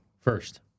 First